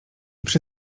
przy